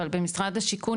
אבל במשרד השיכון,